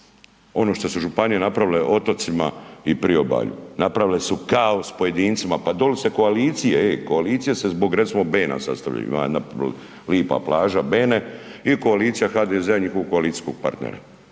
ono što su županije napravile otocima i priobalju. Napravile su kaos pojedincima, pa doli se koalicije, ej koalicije zbog recimo Bena sastavljaju. Ima jedna lipa plaža Bene i koalicija HDZ i njihova koalicijskog partnera.